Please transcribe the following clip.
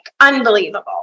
unbelievable